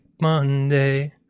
Monday